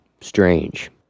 strange